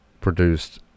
produced